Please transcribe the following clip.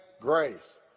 grace